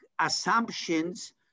assumptions